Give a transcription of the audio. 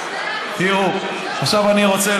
תראו, עכשיו אני רוצה